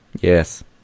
Yes